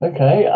Okay